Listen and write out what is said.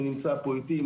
שנמצא פה איתי,